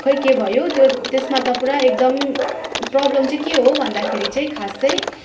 खोइ के भयो त्यो त्यसमा पुरा एकदम प्रब्लम चाहिँ के हो भन्दाखेरि चाहिँ खास चाहिँ